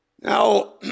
Now